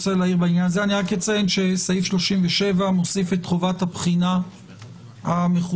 אציין שסעיף 37 מוסיף את חובת הבחינה המחודשת